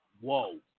Whoa